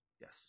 Yes